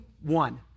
one